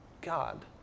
God